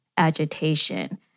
agitation